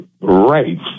rights